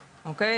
אוקיי?